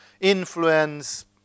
influence